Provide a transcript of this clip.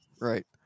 right